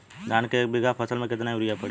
धान के एक बिघा फसल मे कितना यूरिया पड़ी?